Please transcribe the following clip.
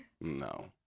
No